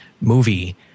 movie